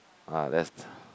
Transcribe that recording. ah that's